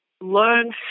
learn